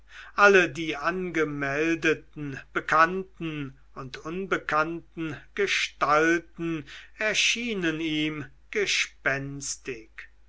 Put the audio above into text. alle die angemeldeten bekannten und unbekannten gestalten erschienen ihm